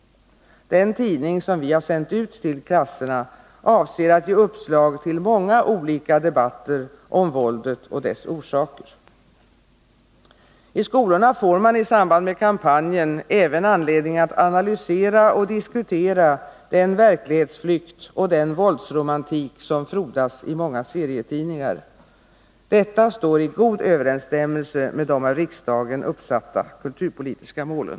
Den tidning som vi har sänt ut till klasserna avser att ge uppslag till många olika debatter om våldet och dess orsaker. I skolorna får man i samband med kampanjen även anledning att analysera och diskutera den verklighetsflykt och den våldsromantik som frodas i många serietidningar; detta står i god överensstämmelse med de av riksdagen uppsatta kulturpolitiska målen.